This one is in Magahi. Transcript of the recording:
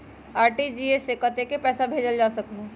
आर.टी.जी.एस से कतेक पैसा भेजल जा सकहु???